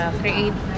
create